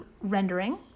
rendering